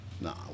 Nah